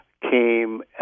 came